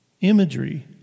Imagery